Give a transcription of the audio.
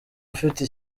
ufite